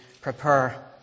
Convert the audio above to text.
prepare